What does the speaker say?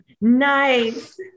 Nice